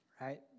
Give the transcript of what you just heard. right